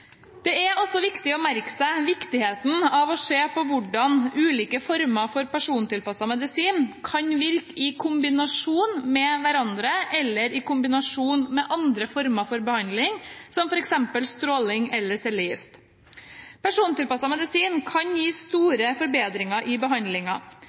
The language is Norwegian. Det er også viktig å merke seg viktigheten av å se på hvordan ulike former for persontilpasset medisin kan virke i kombinasjon med hverandre eller i kombinasjon med andre former for behandling, som f.eks. stråling eller cellegift. Persontilpasset medisin kan gi store forbedringer i